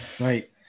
right